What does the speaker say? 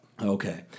Okay